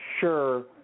sure